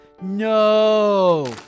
No